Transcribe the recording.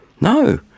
no